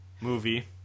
movie